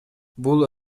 бул